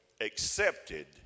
Accepted